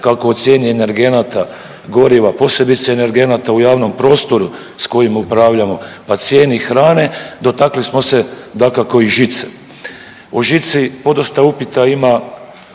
kako o cijeni energenata, goriva, posebice energenata u javnom prostoru sa kojim upravljamo, pa cijeni hrane dotakli smo se dakako i žice. O žici podosta upita ima